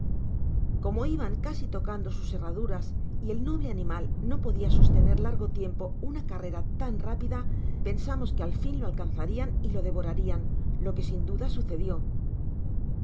como iban casi tocando sus herraduras y el noble animal ao podia sostener largo tiempo una carrera tan rápida pensamos que al fin lo alcanzarian y lo devoraian lo que sin duda